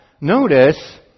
notice